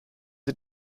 sie